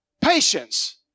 Patience